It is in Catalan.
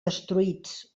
destruïts